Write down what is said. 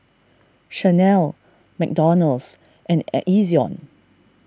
Chanel McDonald's and Ezion